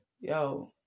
yo